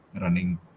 running